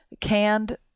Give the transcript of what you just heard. canned